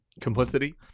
complicity